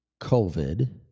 COVID